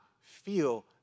feel